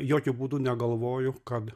jokiu būdu negalvoju kad